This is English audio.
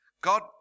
God